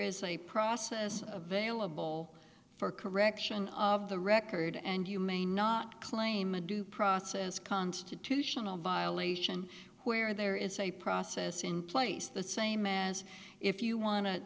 is a process available for correction of the record and you may not claim a due process constitutional violation where there is a process in place the same as if you want to